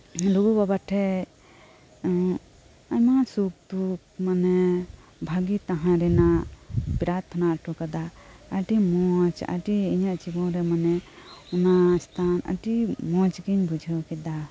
ᱞᱩᱜᱩ ᱵᱟᱵᱟ ᱴᱷᱮᱡ ᱟᱭᱢᱟ ᱥᱩᱠᱩᱠ ᱢᱟᱱᱮ ᱵᱷᱟᱜᱤ ᱛᱟᱦᱮᱱ ᱨᱮᱱᱟᱜ ᱤᱧ ᱱᱮᱦᱚᱨ ᱩᱴᱩ ᱠᱟᱫᱟ ᱟᱹᱰᱤ ᱢᱚᱪ ᱟᱹᱰᱤ ᱤᱧᱟᱹᱜ ᱡᱤᱵᱚᱱ ᱨᱮ ᱢᱟᱱᱮ ᱚᱱᱟ ᱡᱟᱭᱜᱟ ᱟᱹᱰᱤ ᱢᱚᱪᱜᱤᱧ ᱵᱩᱡᱷᱟᱹᱣ ᱠᱮᱫᱟ